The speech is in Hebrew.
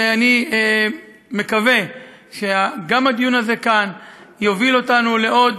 ואני מקווה שגם הדיון הזה כאן יוביל אותנו לעוד